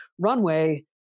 runway